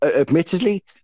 admittedly